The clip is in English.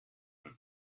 will